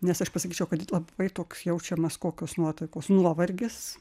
nes aš pasakyčiau kad labai toks jaučiamas kokios nuotaikos nuovargis